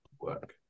work